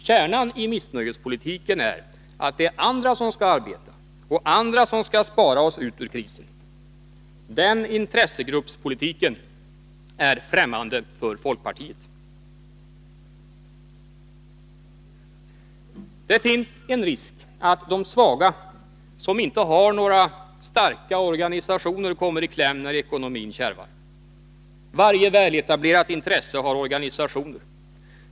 Kärnan i missnöjespolitiken är att det är andra som skall arbeta, och andra som skall spara oss ur krisen. Den intressegruppspolitiken är främmande för folkpartiet. Det finns risk att de svaga, som inte har några starka organisationer, kommer i kläm när ekonomin kärvar. Varje väletablerat intresse har organisationer.